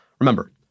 Remember